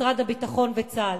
משרד הביטחון וצה"ל.